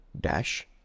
dash